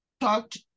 talked